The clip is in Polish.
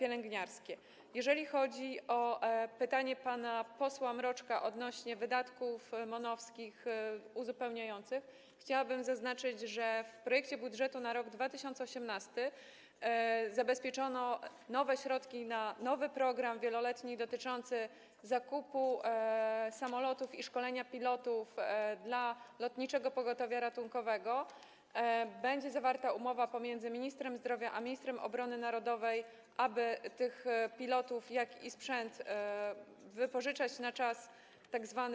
Jeżeli chodzi o pytanie pana posła Mroczka odnośnie do wydatków MON-owskich uzupełniających, chciałabym zaznaczyć, że w projekcie budżetu na rok 2018 zabezpieczono nowe środki na nowy wieloletni program dotyczący zakupu samolotów i szkolenia pilotów dla Lotniczego Pogotowia Ratunkowego, będzie zawarta umowa pomiędzy ministrem zdrowia a ministrem obrony narodowej, aby tych pilotów, jak również sprzęt wypożyczać na czas tzw.